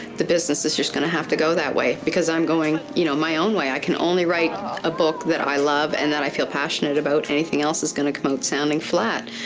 the business is just going to have to go that way because i'm going you know my own way. i can only write a book that i love and that i feel passionate about. anything else is going to come out sounding flat,